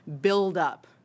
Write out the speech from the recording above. buildup